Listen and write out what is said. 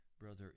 Brother